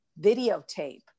videotape